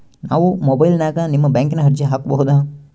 ನಾವು ಮೊಬೈಲಿನ್ಯಾಗ ನಿಮ್ಮ ಬ್ಯಾಂಕಿನ ಅರ್ಜಿ ಹಾಕೊಬಹುದಾ?